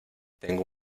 tengo